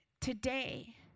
today